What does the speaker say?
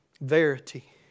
verity